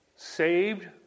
Saved